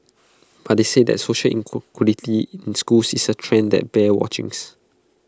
but they said that social inequality in schools is A trend that bears watchings